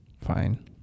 fine